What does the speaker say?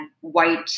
white